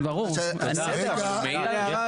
השאלה שלי היא האם